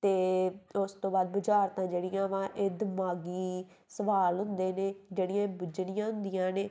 ਅਤੇ ਉਸ ਤੋਂ ਬਾਅਦ ਬੁਝਾਰਤਾਂ ਜਿਹੜੀਆਂ ਵਾ ਇਹ ਦਿਮਾਗੀ ਸਵਾਲ ਹੁੰਦੇ ਨੇ ਜਿਹੜੀਆਂ ਬੁੱਝਣੀਆਂ ਹੁੰਦੀਆਂ ਨੇ